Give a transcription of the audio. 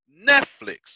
Netflix